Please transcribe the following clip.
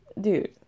dude